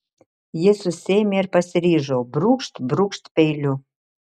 ji susiėmė ir pasiryžo brūkšt brūkšt peiliu